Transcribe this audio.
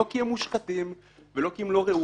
לא כי הם מושחתים ולא כי הם לא ראויים,